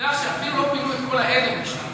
שהעובדה שאפילו לא פינו את כל העדר משם,